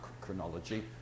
chronology